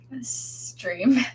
stream